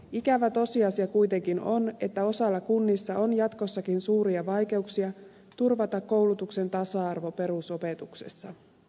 ikävä tosiasia kuitenkin on että osalla kunnista on jatkossakin suuria vaikeuksia turvata koulutuksen tasa arvo perusopetuksessa